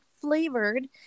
flavored